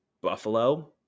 Buffalo